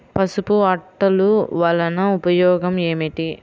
పసుపు అట్టలు వలన ఉపయోగం ఏమిటి?